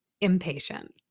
Impatient